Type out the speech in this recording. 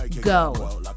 Go